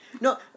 No